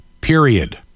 Period